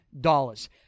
dollars